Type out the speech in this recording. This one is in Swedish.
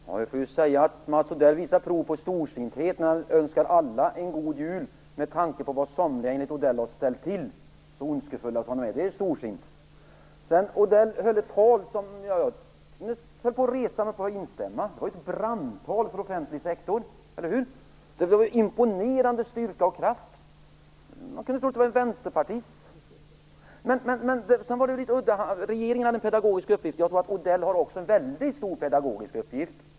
Fru talman! Man får väl säga att Mats Odell visar prov på storsinthet när han önskar alla en god jul; detta med tanke på vad somliga enligt Mats Odell, så ondskefulla som de är, har ställt till med. Mats Odell höll ett brandtal för offentlig sektor. Det gjorde han med en imponerande styrka och kraft. Man skulle kunna tro att det var en vänsterpartist som sade det. Men det var också litet udda. Regeringen hade ju en pedagogisk uppgift. Jag tror att också Mats Odell har en väldigt stor pedagogisk uppgift.